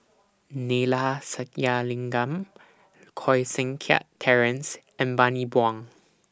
Neila Sathyalingam Koh Seng Kiat Terence and Bani Buang